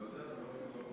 לא יודע.